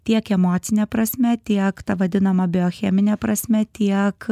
tiek emocine prasme tiek ta vadinama biochemine prasme tiek